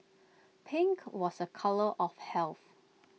pink was A colour of health